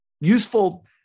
Useful